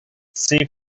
she